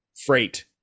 freight